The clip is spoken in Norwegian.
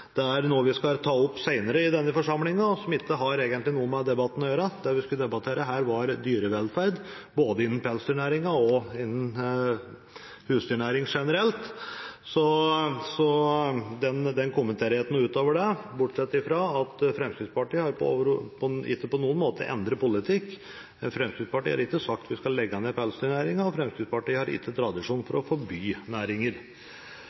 det. Det er noe vi skal ta opp senere i denne forsamlingen, og som egentlig ikke har noe med debatten å gjøre. Det vi skulle debattere her, var dyrevelferd, både innen pelsdyrnæringen og innen husdyrnæringen generelt. Så jeg kommenterer ikke noe utover det, bortsett fra det at Fremskrittspartiet ikke på noen måte har endret politikk. Fremskrittspartiet har ikke sagt at vi skal legge ned pelsdyrnæringen, og Fremskrittspartiet har ikke tradisjon for å forby næringer.